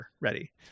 ready